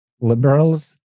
liberals